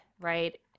right